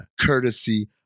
courtesy